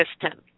system